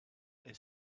est